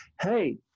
hey